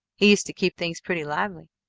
he used to keep things pretty lively.